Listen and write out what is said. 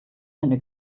eine